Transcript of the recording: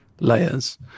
layers